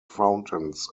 fountains